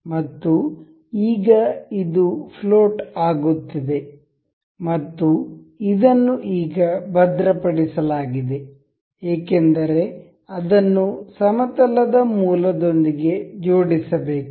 ಮತ್ತು ಈಗ ಇದು ಫ್ಲೋಟ್ ಆಗುತ್ತಿದೆ ಮತ್ತು ಇದನ್ನು ಈಗ ಭದ್ರಪಡಿಸಲಾಗಿದೆ ಏಕೆಂದರೆ ಅದನ್ನು ಸಮತಲದ ಮೂಲದೊಂದಿಗೆ ಜೋಡಿಸಬೇಕಾಗಿದೆ